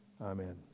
Amen